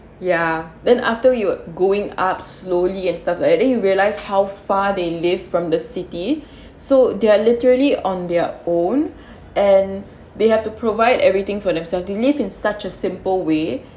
ya then after you going up slowly and stuff like that then you realize how far they live from the city so they're literally on their own and they have to provide everything for themselves they live in such a simple way